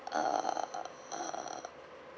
uh uh